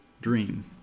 dream